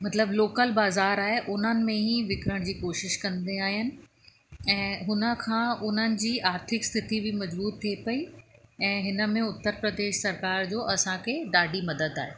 मतलबु लोकल बाज़ारि आहे उन्हनि में ही विकिणण जी कोशिश कंदा आहिनि ऐं हुन खां उन्हनि जी आर्थिक स्थति बि मज़बूत थिए पेई ऐं हिन में उत्तर प्रदेश सरकारि जो असांखे ॾाढी मदद आहे